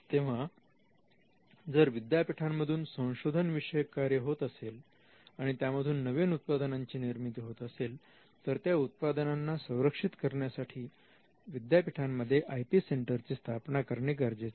तेव्हा जर विद्यापीठांमधून संशोधन विषयक कार्य होत असेल आणि त्यामधून नवीन उत्पादनांची निर्मिती होत असेल तर त्या उत्पादनांना संरक्षित करण्यासाठी विद्यापीठांमध्ये आय पी सेंटरची स्थापना करणे गरजेचे आहे